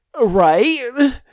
right